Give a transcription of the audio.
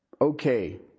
okay